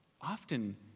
often